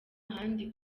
n’ahandi